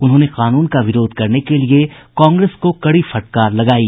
उन्होंने कानून का विरोध करने के लिये कांग्रेस को कड़ी फटकार लगायी